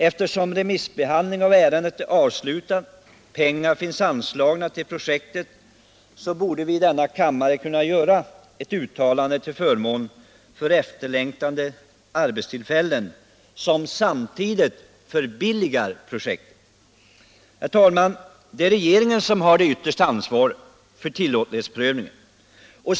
Eftersom remissbehandlingen av ärendet är avslutad och pengar finns anslagna till projektet borde vi i denna kammare kunna göra ett uttalande till förmån för efterlängtade arbetstillfällen som samtidigt förbilligar projektet. Herr talman! Det är regeringen som har det yttersta ansvaret för tilllåtlighetsprövningen.